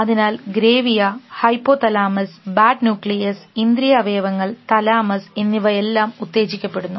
അതിനാൽ ഗ്രേവിയ hypothalamus ബാഡ് ന്യൂക്ലിയസ് ഇന്ദ്രിയ അവയവങ്ങൾ തലാമസ് എന്നിവ എല്ലാം ഉത്തേജിക്കപ്പെടുന്നു